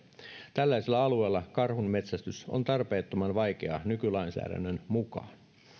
tällaisella alueella karhunmetsästys on tarpeettoman vaikeaa nykylainsäädännön mukaan